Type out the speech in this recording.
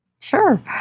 Sure